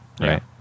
right